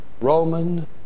Roman